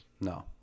no